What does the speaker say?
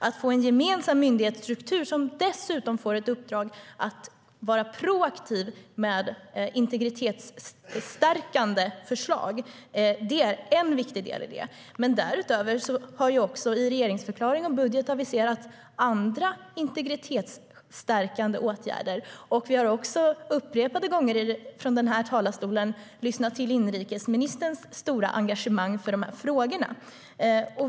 Att få en gemensam myndighetsstruktur som dessutom får ett uppdrag att vara proaktiv med integritetsstärkande förslag är en viktig del i det. Därutöver har vi i regeringsförklaring och budget aviserat andra integritetsstärkande åtgärder. Vi har också upprepade gånger här i kammaren lyssnat till inrikesministerns stora engagemang i de här frågorna.